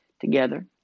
together